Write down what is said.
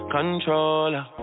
Controller